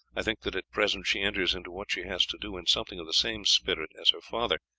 i think that at present she enters into what she has to do in something of the same spirit as her father,